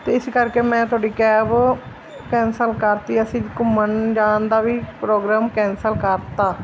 ਅਤੇ ਇਸ ਕਰਕੇ ਮੈਂ ਤੁਹਾਡੀ ਕੈਬ ਕੈਂਸਲ ਕਰ ਦਿੱਤੀ ਅਸੀਂ ਘੁੰਮਣ ਜਾਣ ਦਾ ਵੀ ਪ੍ਰੋਗਰਾਮ ਕੈਂਸਲ ਕਰ ਦਿੱਤਾ